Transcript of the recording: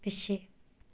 ਪਿੱਛੇ